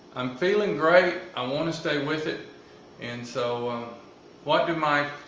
i'm feeling great i want to stay with it and so what do my,